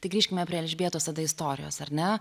tai grįžkime prie elžbietos tada istorijos ar ne